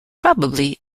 probably